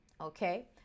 okay